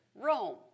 Rome